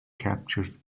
captures